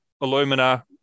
alumina